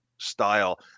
Style